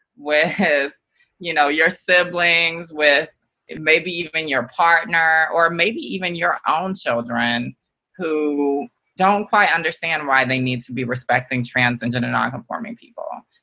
with you know your siblings, with maybe even your partner, or maybe even your own children who don't quite understand why they need to be respecting trans and gender nonconforming people?